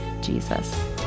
Jesus